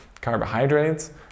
carbohydrates